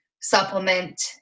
supplement